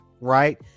right